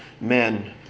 men